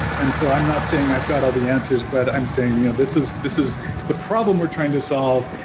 and so i'm not saying i've got all the answers, but i'm saying you know this is this is the problem we're trying to solve,